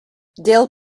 dill